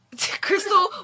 Crystal